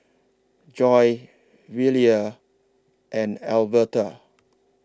Joi Velia and Alverta